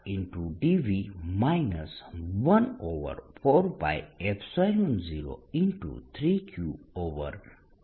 dV 14π03Q2R 12Qr2R3 છે